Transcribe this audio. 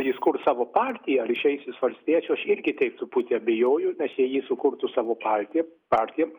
jis kurs savo partiją ar išeis iš valstiečių aš irgi taip truputį abejoju nes jei jis sukurtų savo partį partį